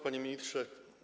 Panie Ministrze!